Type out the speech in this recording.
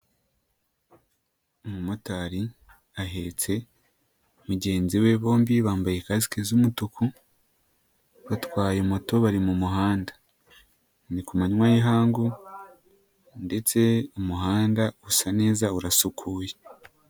Umumotari ahetse mugenzi we bombi bambaye kasike z'umutuku, batwaye moto bari mu muhanda, ni ku manywa y'ihangu ndetse umuhanda usa neza urasukuye.